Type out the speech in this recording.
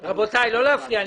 רבותיי, לא להפריע.